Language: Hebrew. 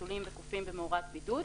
חתולים וקופים במאורת בידוד,